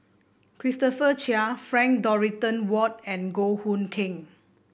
Christopher Chia Frank Dorrington Ward and Goh Hood Keng